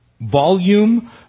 volume